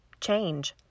change